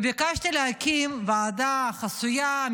ביקשתי להקים ועדה חסויה,